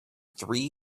three